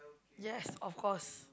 yes of course